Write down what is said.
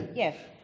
yes,